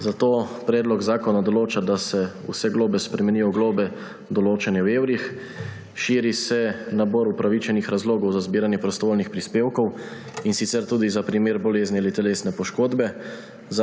Zato predlog zakona določa, da se vse globe spremenijo v globe, določene v evrih. Širi se nabor upravičenih razlogov za zbiranje prostovoljnih prispevkov, in sicer tudi za primer bolezni ali telesne poškodbe.